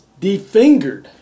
defingered